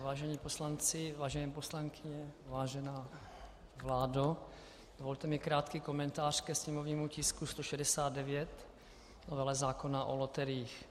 Vážení poslanci, vážené poslankyně, vážená vládo, dovolte mi krátký komentář ke sněmovnímu tisku 169 zákona o loteriích.